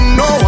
no